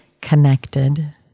connected